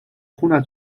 خونه